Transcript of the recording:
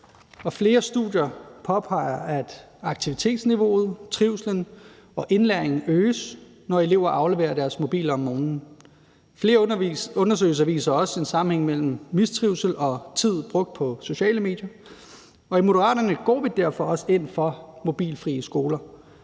flere studier påpeger, at aktivitetsniveauet, trivslen og indlæringen øges, når elever afleverer deres mobiler om morgenen. Flere undersøgelser viser også en sammenhæng mellem mistrivsel og tid brugt på sociale medier. I Moderaterne går vi derfor også ind for mobilfrie skoler.